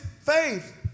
faith